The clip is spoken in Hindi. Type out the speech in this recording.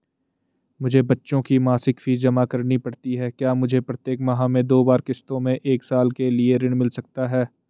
मुझे बच्चों की मासिक फीस जमा करनी पड़ती है क्या मुझे प्रत्येक माह में दो बार किश्तों में एक साल के लिए ऋण मिल सकता है?